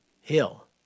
Hill